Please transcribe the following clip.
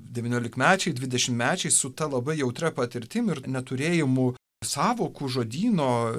devyniolikmečiai dvidešimmečiai su ta labai jautria patirtim ir neturėjimu sąvokų žodyno